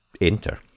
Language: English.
enter